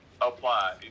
apply